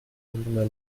demanda